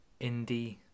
Indie